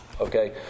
okay